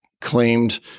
claimed